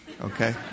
Okay